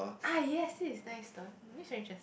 ah yes this is nice though it looks so interest